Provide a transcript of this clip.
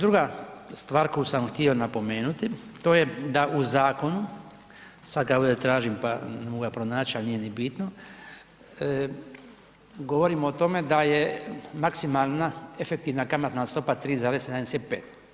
Druga stvar koju sam htio napomenuti, to je da u zakonu sad ga ovdje tražim pa ne mogu ga pronaći ali nije ni bitno, govorimo o tome da je maksimalna efektivna kamatna stopa 3,75.